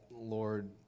Lord